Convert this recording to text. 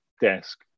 desk